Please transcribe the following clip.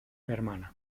hermana